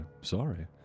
Sorry